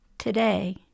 Today